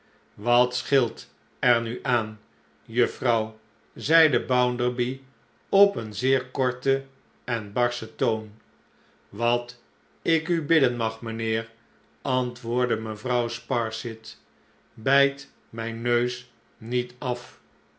wat scheelt er nu aan juffrouw zeide bounderby op een zeer korten en barschen toon wat ik u bidden mag mijnheer antwoordde mevrouw sparsit bijt mijn neus niet af